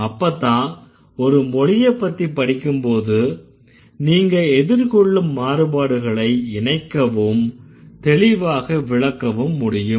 அப்பத்தான் ஒரு மொழியப்பத்தி படிக்கும்போது நீங்க எதிர்கொள்ளும் மாறுபாடுகளை இணைக்கவும் தெளிவாக விளக்கவும் முடியும்